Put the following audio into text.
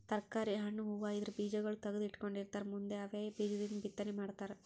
ತರ್ಕಾರಿ, ಹಣ್ಣ್, ಹೂವಾ ಇದ್ರ್ ಬೀಜಾಗೋಳ್ ತಗದು ಇಟ್ಕೊಂಡಿರತಾರ್ ಮುಂದ್ ಅವೇ ಬೀಜದಿಂದ್ ಬಿತ್ತನೆ ಮಾಡ್ತರ್